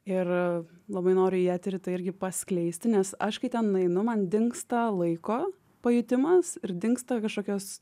ir labai noriu į eterį tą irgi paskleisti nes aš kai ten nueinu man dingsta laiko pajutimas ir dingsta kažkokios